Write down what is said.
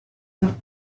not